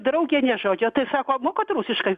draugė nė žodžio tai sako mokat rusiškai